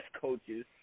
coaches